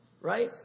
right